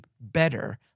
better